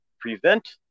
prevent